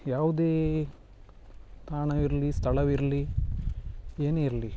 ಯಾವುದೇ ತಾಣವಿರಲಿ ಸ್ಥಳವಿರಲಿ ಏನೇ ಇರಲಿ